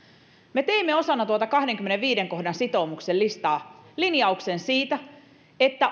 me teimme osana tuota kahdennenkymmenennenviidennen kohdan sitoumuksen listaa linjauksen siitä että